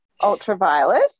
ultraviolet